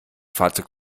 fahrzeug